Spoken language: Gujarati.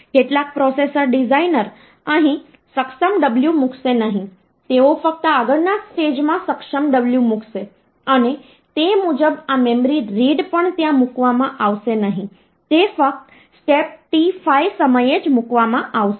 કેટલાક પ્રોસેસર ડિઝાઇનર અહીં સક્ષમ w મૂકશે નહીં તેઓ ફક્ત આગળના સ્ટેજમાં સક્ષમ w મૂકશે અને તે મુજબ આ મેમરી રીડ પણ ત્યાં મૂકવામાં આવશે નહીં તે ફક્ત સ્ટેપ t5 સમયે જ મૂકવામાં આવશે